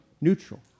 neutral